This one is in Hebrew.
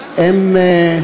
האלה.